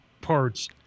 parts